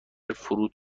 فرود